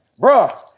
Bruh